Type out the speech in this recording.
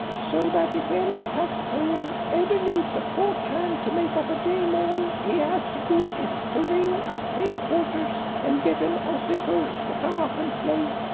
so that if any taxpayer ever needs a fourth hand to make up a game all he has to do is to ring up headquarters and get an ossifer to come up and play.